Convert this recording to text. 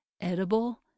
edible